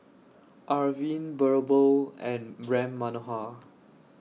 Arvind Birbal and Ram Manohar